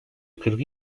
kırkı